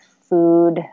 food